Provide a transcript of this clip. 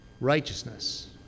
Righteousness